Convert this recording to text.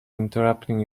interrupting